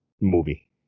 movie